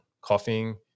coughing